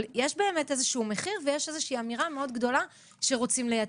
אבל יש באמת איזשהו מחיר ויש איזושהי אמירה מאוד גדולה שרוצים לייצר.